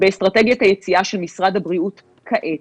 באסטרטגיית היציאה של משרד הבריאות כעת